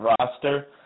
roster